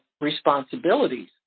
responsibilities